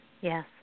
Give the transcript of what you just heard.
yes